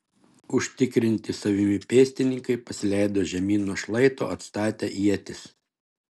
užtikrinti savimi pėstininkai pasileido žemyn nuo šlaito atstatę ietis